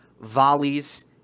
volleys